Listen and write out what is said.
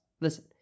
Listen